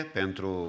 pentru